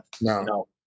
No